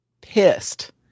pissed